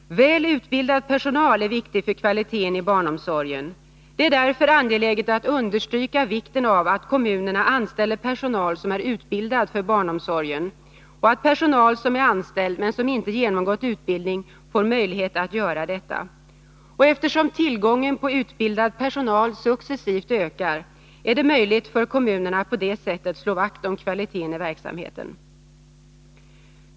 Väl utbildad personal är viktig för kvaliteten i barnomsorgen. Det är därför angeläget att understryka vikten av att kommunerna anställer personal som är utbildad för barnomsorgen, och att personal som är anställd men som inte genomgått utbildning får möjlighet att göra detta. Eftersom tillgången på utbildad personal successivt ökar, är det möjligt för kommunen att på det sättet slå vakt om kvaliteten i verksamheten.